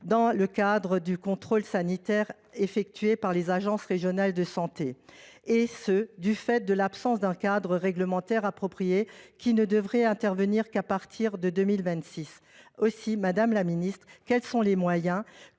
dans le cadre du contrôle sanitaire effectué par les agences régionales de santé (ARS), et ce en l’absence d’un cadre réglementaire approprié, qui ne devrait intervenir qu’à partir de 2026. Quels sont les moyens